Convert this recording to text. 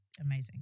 amazing